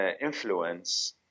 influence